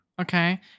Okay